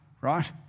right